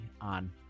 on